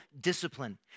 discipline